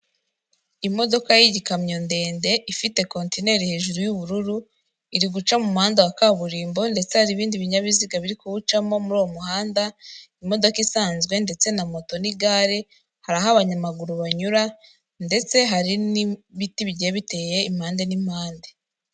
Imodoka y'igikamyo ndende ifite kontineri hejuru y'ubururu, iri guca muhanda wa kaburimbo, ndetse hari ibindi binyabiziga biri kuwucamo muri uwo muhanda, imodoka isanzwe ndetse na moto n'igare, hari aho abanyamaguru banyura ndetse hari n'ibiti bigiye biteye impande n'impande.